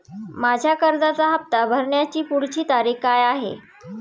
माझ्या कर्जाचा हफ्ता भरण्याची पुढची तारीख काय आहे?